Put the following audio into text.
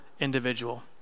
individual